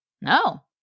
no